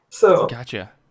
Gotcha